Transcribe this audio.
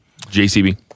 JCB